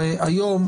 "הרשעותיו הקודמות".